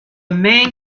main